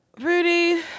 Rudy